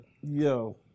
Yo